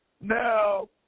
Now